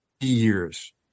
years